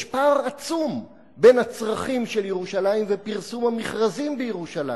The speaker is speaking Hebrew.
יש פער עצום בין הצרכים של ירושלים ופרסום המכרזים בירושלים.